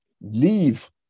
leave